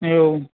એવું